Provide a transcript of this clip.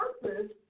purpose